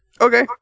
Okay